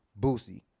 Boosie